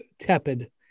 tepid